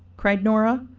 cried nora.